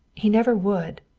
he never would.